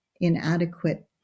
inadequate